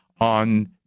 on